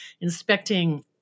inspecting